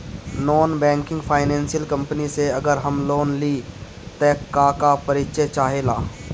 Non banking financial company से अगर हम लोन लि त का का परिचय चाहे ला?